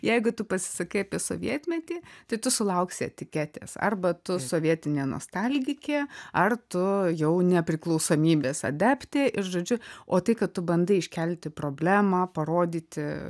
jeigu tu pasisakai apie sovietmetį tai tu sulauksi etiketės arba tu sovietinė nostalgikė ar tu jau nepriklausomybės adeptėir žodžiu o tai kad tu bandai iškelti problemą parodyti